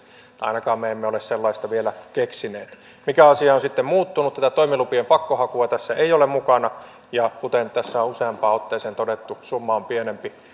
ainakaan me emme ole sellaista vielä keksineet mikä asia on sitten muuttunut tätä toimilupien pakkohakua tässä ei ole mukana ja kuten tässä on useampaan otteeseen todettu summa on pienempi